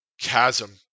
chasm